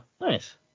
Nice